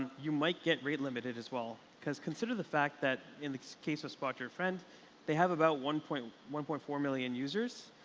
you might get rate limited as well. because consider the fact that in the case of spot your friend they have about one point one point four million users.